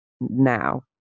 now